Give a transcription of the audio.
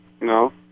No